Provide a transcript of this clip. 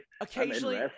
Occasionally